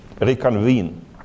reconvene